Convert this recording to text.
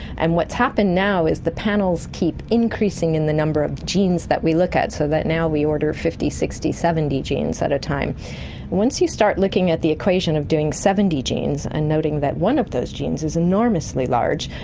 and what has happened now is the panels keep increasing in the number of genes that we look at, so that now we order fifty, sixty, seventy genes at a time. and once you start looking at the equation of doing seventy genes and noting noting that one of those genes is enormously large,